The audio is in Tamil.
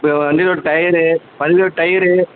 இப்போ வண்டியோடய டயரு வண்டியோடய டயரு